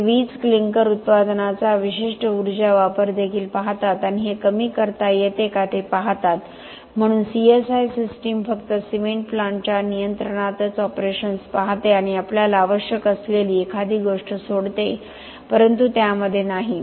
मग ते वीज क्लिंकर उत्पादनाचा विशिष्ट उर्जा वापर देखील पाहतात आणि हे कमी करता येते का ते पाहतात म्हणून CSI सिस्टीम फक्त सिमेंट प्लांटच्या नियंत्रणातच ऑपरेशन्स पाहते आणि आपल्याला आवश्यक असलेली एखादी गोष्ट सोडते परंतु त्यामध्ये नाही